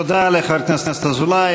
תודה לחבר הכנסת אזולאי.